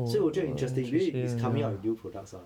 所以我觉得 interesting because it's coming up with new products lah